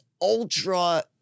ultra-